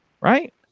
Right